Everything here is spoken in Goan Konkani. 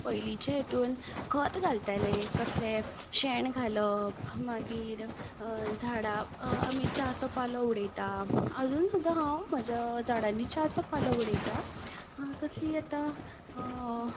पयलींचे हितून खत घालताले कसलें शेण घालप मागीर झाडांक आमी च्याचो पालो उडयता आजून सुद्दां हांव म्हज्या झाडांनी च्याचो पालो उडयतां कसली आतां